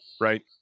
right